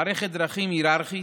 מערכת דרכים היררכית,